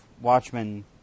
Watchmen